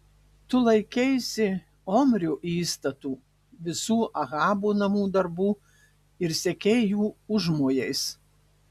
tu laikeisi omrio įstatų visų ahabo namų darbų ir sekei jų užmojais